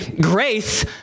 grace